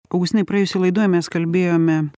augustinai praėjusioj laidoj mes kalbėjome